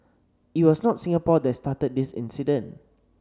it was not Singapore that started this incident